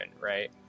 right